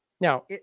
Now